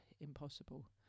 impossible